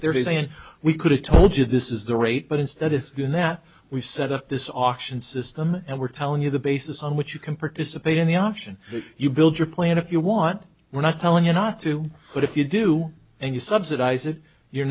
saying we could have told you this is the rate but instead it's going that we set up this auction system and we're telling you the basis on which you can participate in the auction if you build your plan if you want we're not telling you not to but if you do and you subsidize it you're